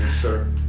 sir.